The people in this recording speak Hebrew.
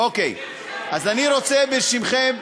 אז אני רוצה, בשמכם,